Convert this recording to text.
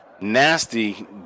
nasty